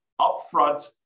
upfront